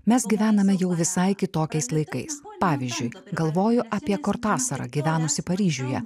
mes gyvename jau visai kitokiais laikais pavyzdžiui galvoju apie kortasarą gyvenusį paryžiuje